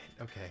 Okay